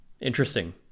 Interesting